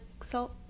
salt